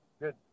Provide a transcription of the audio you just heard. good